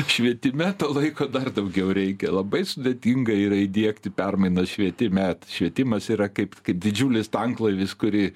švietime to laiko dar daugiau reikia labai sudėtinga yra įdiegti permainas švietime švietimas yra kaip kaip didžiulis tanklaivis kurį